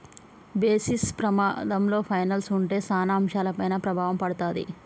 basis పమాధంలో పైనల్స్ ఉంటే సాన అంశాలపైన ప్రభావం పడతాది